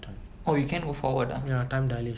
oh you can move forward ah